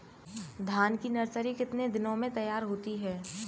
धान की नर्सरी कितने दिनों में तैयार होती है?